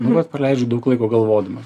nu vat praleidžiu daug laiko galvodamas